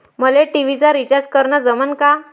मले टी.व्ही चा रिचार्ज करन जमन का?